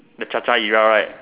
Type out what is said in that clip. the Cha-Cha you are right